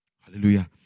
Hallelujah